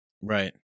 Right